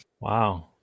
Wow